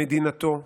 במדינתו,